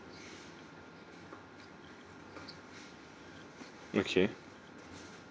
okay